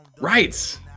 right